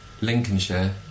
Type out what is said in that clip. Lincolnshire